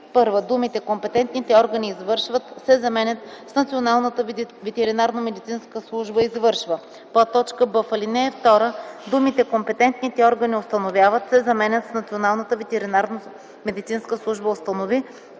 думите „компетентните органи извършват” се заменят с „Националната ветеринарномедицинска служба